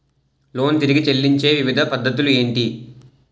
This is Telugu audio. లోన్ తిరిగి చెల్లించే వివిధ పద్ధతులు ఏంటి?